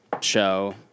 Show